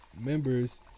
members